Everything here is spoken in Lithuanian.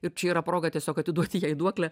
ir čia yra proga tiesiog atiduoti jai duoklę